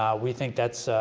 we think that's